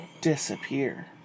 disappear